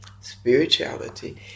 spirituality